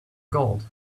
gold